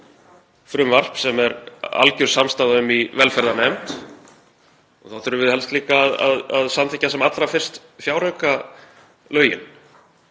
frumvarp sem er alger samstaða um í velferðarnefnd. Þá þurfum við helst líka að samþykkja sem allra fyrst fjáraukalögin.